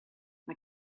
mae